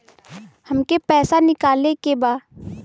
हमके पैसा निकाले के बा